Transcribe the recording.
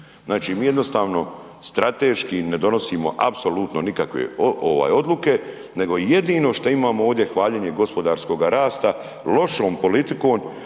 Znači mi jednostavno strateški ne donosimo apsolutno nikakve odluke, nego jedino što imamo ovdje hvaljenje gospodarskoga rasta lošom politikom,